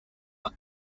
are